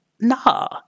Nah